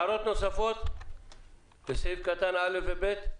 הערות נוספות לסעיפים קטנים (א) ו-(ב)?